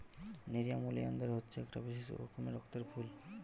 nerium oleander হচ্ছে একটা বিশেষ রকমের রক্ত রঙের ফুল